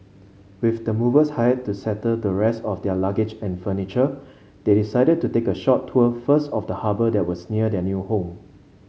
with the movers hired to settle the rest of their luggage and furniture they decided to take a short tour first of the harbour that was near their new home